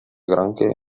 granché